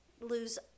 lose